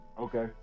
Okay